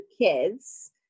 kids